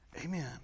Amen